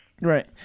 Right